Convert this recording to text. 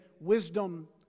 wisdom